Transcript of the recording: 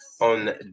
on